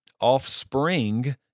offspring